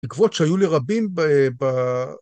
תקוות שהיו לרבים ב...